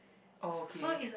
okay